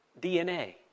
DNA